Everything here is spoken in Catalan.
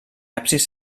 absis